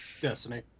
Destiny